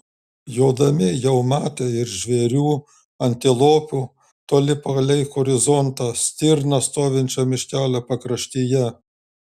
jodami jau matė ir žvėrių antilopių toli palei horizontą stirną stovinčią miškelio pakraštyje